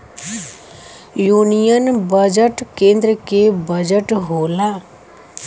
union budget केन्द्र के budget होला